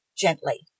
gently